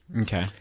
Okay